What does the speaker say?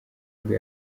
bwo